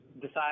decide